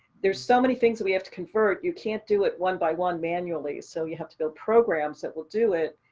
there's so many things that we have to convert, you can't do it one by one manually. so you have to build programs that will do it.